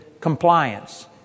compliance